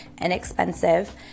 inexpensive